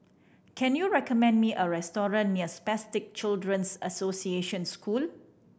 can you recommend me a restaurant near Spastic Children's Association School